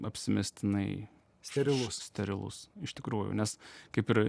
apsimestinai sterilus sterilus iš tikrųjų nes kaip ir